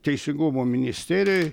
teisingumo ministerijoj